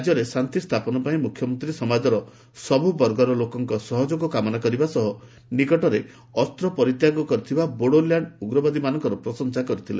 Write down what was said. ରାଜ୍ୟରେ ଶାନ୍ତି ସ୍ଥାପନପାଇଁ ମୁଖ୍ୟମନ୍ତ୍ରୀ ସମାଜର ସବୁ ବର୍ଗର ଲୋକଙ୍କ ସହଯୋଗ କାମନା କରିବା ସହ ନିକଟରେ ଅସ୍ତ ପରିତ୍ୟାଗ କରିଥିବା ବୋଡୋଲ୍ୟାଣ୍ଡ ଉଗ୍ରବାଦୀମାନଙ୍କର ପ୍ରଶଂସା କରିଥିଲେ